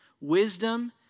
Wisdom